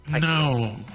No